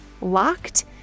locked